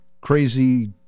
crazy